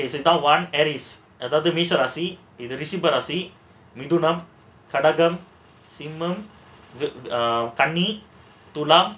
okay அதாவது மேஷ ராசி இது ரிஷப ராசி மிதுனம் கடகம் சிம்மம் கன்னி துலாம்:adhaavathu mesha rasi idhu rishaba rasi mithunam kadagam simmam kanni thulam